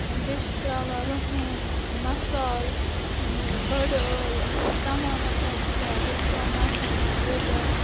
یا بیٚیہِ چھِس تراوان رُہَن مَصالہٕ یہِ بٕڑٕ ٲلہٕ تمام مَصالہٕ چھِس تراوان بیٚیہِ چھِس تراوان مَرژٕوانگن لیٚدٕر